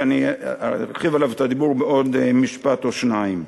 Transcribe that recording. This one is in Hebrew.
שאני ארחיב עליו את הדיבור בעוד משפט או שניים.